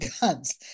guns